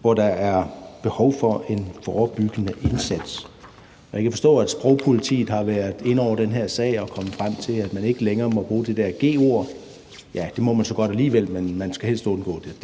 hvor der er behov for en forebyggende indsats. Jeg kan forstå, at sprogpolitiet har været inde over den her sag og er kommet frem til, at man ikke længere må bruge det der g-ord; ja, det må man så godt alligevel, men man skal helst undgå det, og